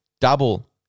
double